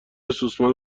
سوسمار